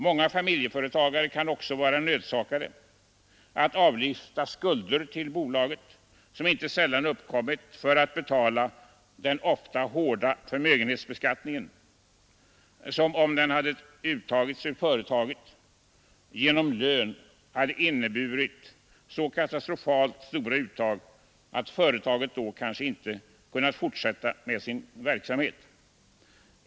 Många familjeföretagare kan också vara nödsakade att avlyfta skulder till bolaget, vilka inte sällan uppkommit för att betala den ofta hårda förmögenhetsbeskattningen som, om den hade uttagits ur företaget genom lön, hade inneburit så katastrofalt stora uttag att företaget då kanske inte kunnat fortsätta med sin verksamhet.